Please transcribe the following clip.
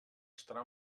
estarà